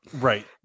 Right